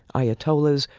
ayatollahs,